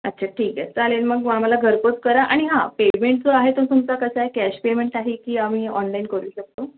अच्छा ठीक आहे चालेल मग आम्हाला घरपोच करा आणि हा पेमेंट जो आहे तो तुमचा कसा आहे कॅश पेमेंट आहे की आम्ही ऑनलाईन करू शकतो